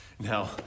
Now